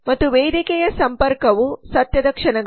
ಮತ್ತು ವೇದಿಕೆಯ ಸಂಪರ್ಕವು ಸತ್ಯದ ಕ್ಷಣಗಳು